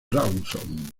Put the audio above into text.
rawson